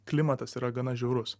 klimatas yra gana žiaurus